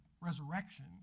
resurrection